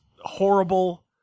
horrible